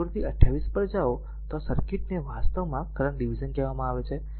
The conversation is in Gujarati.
તેથી જો આકૃતિ 28 પર જાઓ તો આ સર્કિટને વાસ્તવમાં કરંટ ડીવીઝન કહેવામાં આવે છે